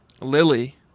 Lily